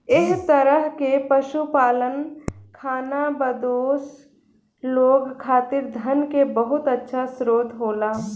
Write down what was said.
एह तरह के पशुपालन खानाबदोश लोग खातिर धन के बहुत अच्छा स्रोत होला